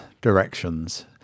directions